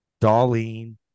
Darlene